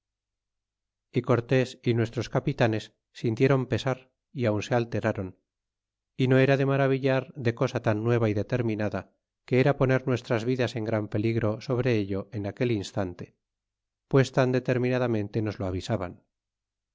y cortés y nuestros capitanes sintiéron pesar y aun se alterron y no era de maravillar de cosa tan nueva y determinada que era poner nuestras vidas en gran peligro sobre ello en aquel instante pues tan determinadamente nos lo avisaban